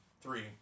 Three